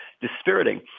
dispiriting